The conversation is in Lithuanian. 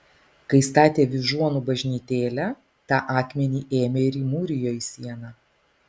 kai statė vyžuonų bažnytėlę tą akmenį ėmė ir įmūrijo į sieną